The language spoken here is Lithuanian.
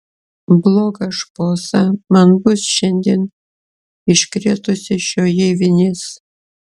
blogą šposą man bus šiandien iškrėtusi šioji vinis